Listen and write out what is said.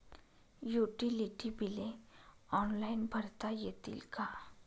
Utility बिले online भरता येतील का?